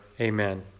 Amen